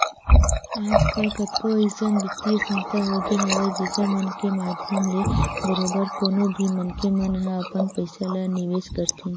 आजकल कतको अइसन बित्तीय संस्था होगे हवय जेखर मन के माधियम ले बरोबर कोनो भी मनखे मन ह अपन पइसा ल निवेस करथे